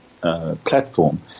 platform